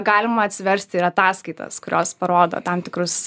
galima atsiversti ir ataskaitas kurios parodo tam tikrus